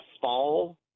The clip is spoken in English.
fall